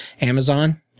amazon